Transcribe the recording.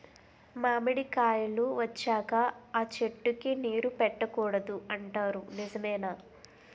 మామిడికాయలు వచ్చాక అ చెట్టుకి నీరు పెట్టకూడదు అంటారు నిజమేనా?